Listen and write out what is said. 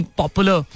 popular